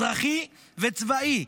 אזרחי וצבאי,